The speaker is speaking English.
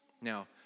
Now